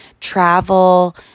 travel